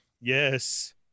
yes